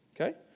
okay